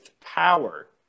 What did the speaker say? power